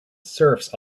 surfs